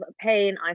pain